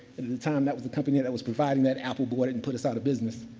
and at the time that was a company that was providing that, apple bought it, and put us out of business.